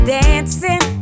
dancing